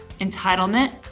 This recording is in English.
entitlement